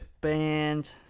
Band